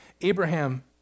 Abraham